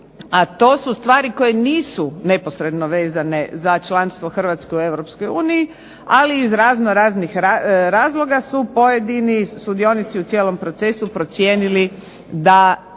a to su stvari koje nisu neposredno vezane za članstvo Hrvatske u EU, ali iz razno raznih razloga su pojedini sudionici u cijelom procesu procijenili da